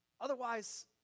Otherwise